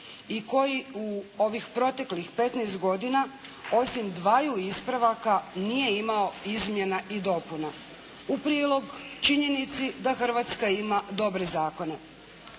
I koji u ovih proteklih 15 godina osim dvaju ispravaka nije imao izmjena i dopuna. U prilog činjenici da Hrvatska ima dobre zakone.